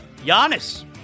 Giannis